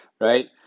right